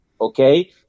Okay